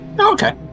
Okay